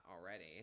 already